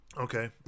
Okay